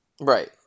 Right